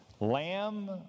lamb